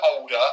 older